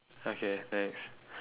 okay next